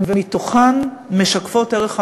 ומתוכן משקפות ערך אמיתי,